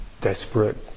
desperate